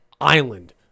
island